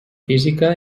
física